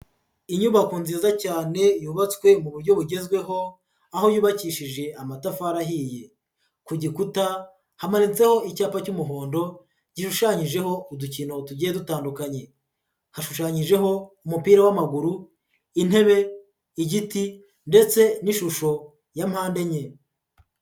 Inyubako nziza cyane yubatswe mu buryo bugezweho, aho yubakishije amatafari ahiye, ku gikuta hamanitseho icyapa cy'umuhondo, gishushanyijeho udukino tugiye dutandukanye, hashushanyijeho umupira w'amaguru, intebe, igiti ndetse n'ishusho ya mpandenye.